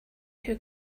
who